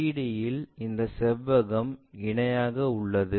3D இல் இந்த செவ்வகம் இணையாக உள்ளது